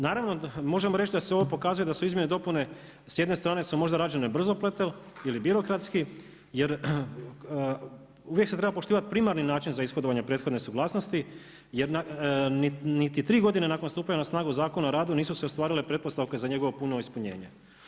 Naravno možemo reći da se ovo pokazuje da su izmjene i dopune s jedne strane su možda rađene brzopleto ili birokratski jer uvijek se treba poštivati primarni način za ishodovanje prethodne suglasnosti, jer niti tri godine nakon stupanja na snagu Zakona o radu nisu se ostvarile pretpostavke za njegovo puno ispunjenje.